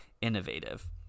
innovative